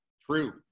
True